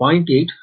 8 j0